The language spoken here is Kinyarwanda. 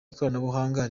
ikoranabuhanga